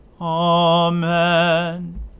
Amen